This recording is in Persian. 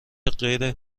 غیر